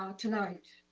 um tonight,